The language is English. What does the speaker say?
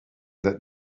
that